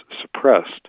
suppressed